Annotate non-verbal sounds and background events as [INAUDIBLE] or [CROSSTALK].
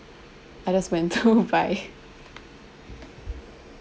I just went to [LAUGHS] buy